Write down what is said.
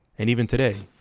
and even today,